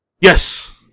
Yes